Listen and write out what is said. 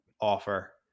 offer